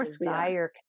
desire